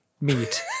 meet